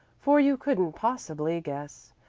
for you couldn't possibly guess.